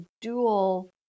dual